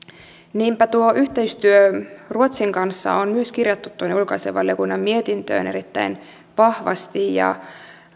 niinpä yhteistyö ruotsin kanssa on myös kirjattu ulkoasiainvaliokunnan mietintöön erittäin vahvasti ja